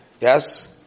Yes